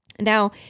Now